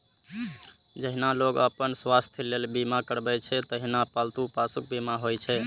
जहिना लोग अपन स्वास्थ्यक लेल बीमा करबै छै, तहिना पालतू पशुक बीमा होइ छै